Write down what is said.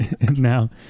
now